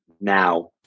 now